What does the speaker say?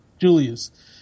Julius